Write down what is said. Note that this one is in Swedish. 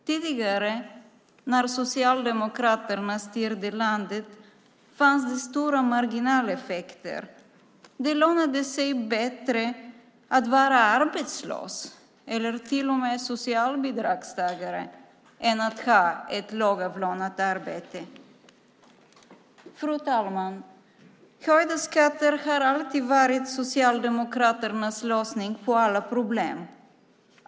Tidigare, när Socialdemokraterna styrde landet, fanns det stora marginaleffekter. Det lönade sig bättre att vara arbetslös eller till och med socialbidragstagare än att ha ett lågavlönat arbete. Fru talman! Höjda skatter har alltid varit Socialdemokraternas lösning på alla problem.